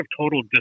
total